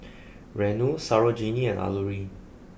Renu Sarojini and Alluri